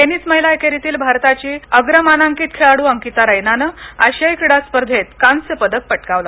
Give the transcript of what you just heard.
टेनसि महिला एकेरव्रिलि भारताच अग्रमानांकित खेळाडू अंकिता रैनानं आशियाई क्रीडास्पर्धेत कांस्य पदक पटकावलं